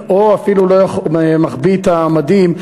או אפילו מחביא את המדים,